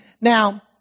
Now